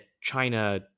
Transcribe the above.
China